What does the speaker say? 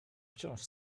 wciąż